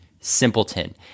simpleton